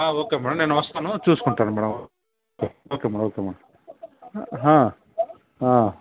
ఆ okay madam నేను వస్తాను చూసుకుంటాను madam okay madam okay madam ఆ